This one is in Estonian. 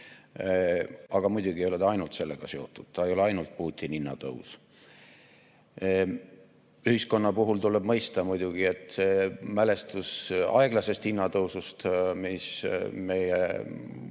Aga muidugi ei ole see ainult sellega seotud, see ei ole ainult Putini hinnatõus. Ühiskonna puhul tuleb muidugi mõista, et mälestus aeglasest hinnatõusust, mis meie